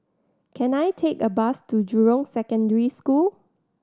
can I take a bus to Jurong Secondary School